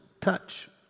touch